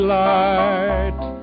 light